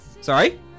Sorry